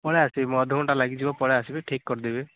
ପଳେଇ ଆସିବି ମୁଁ ଅଧା ଘଣ୍ଟା ଲାଗିଯିବ ପଳେଇ ଆସିବି ଠିକ୍ କରିଦେବି